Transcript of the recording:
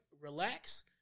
relax